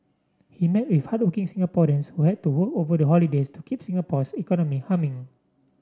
he met with hardworking Singaporeans who had to work over the holidays to keep Singapore's economy humming